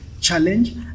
challenge